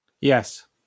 Yes